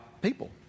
people